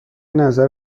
نظر